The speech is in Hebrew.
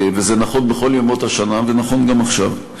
זה נכון בכל ימות השנה, וזה נכון גם עכשיו.